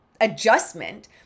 adjustment